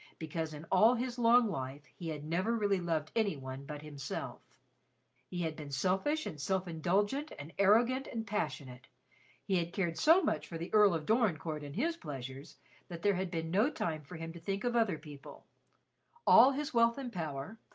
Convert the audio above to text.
because in all his long life he had never really loved any one but himself he had been selfish and self-indulgent and arrogant and passionate he had cared so much for the earl of dorincourt and his pleasures that there had been no time for him to think of other people all his wealth and power,